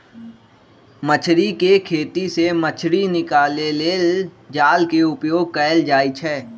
मछरी कें खेति से मछ्री निकाले लेल जाल के उपयोग कएल जाइ छै